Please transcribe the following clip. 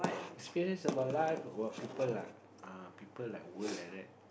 experience about life about people like err like that